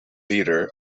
leader